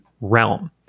realm